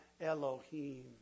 Elohim